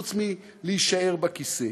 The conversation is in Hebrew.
חוץ מלהישאר בכיסא.